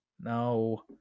No